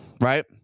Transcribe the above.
Right